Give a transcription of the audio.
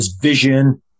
vision